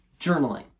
journaling